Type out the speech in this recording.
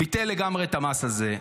ביטל לגמרי את המס הזה.